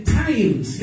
times